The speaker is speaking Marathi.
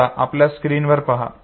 आता आपल्या स्क्रीनवर पहा